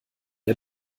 ihr